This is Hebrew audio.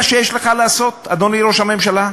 זה מה שיש לך לעשות, אדוני ראש הממשלה?